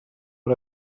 per